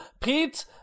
Pete